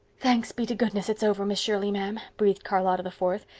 thanks be to goodness, it's over, miss shirley, ma'am, breathed charlotta the fourth,